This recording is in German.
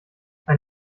ein